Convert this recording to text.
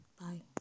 Bye